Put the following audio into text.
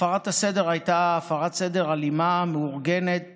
הפרת הסדר הייתה הפרת סדר אלימה, המאורגנת